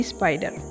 Spider